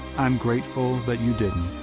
i am grateful that you didn't.